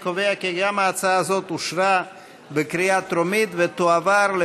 אני קובע כי גם ההצעה הזאת אושרה בקריאה טרומית ותועבר,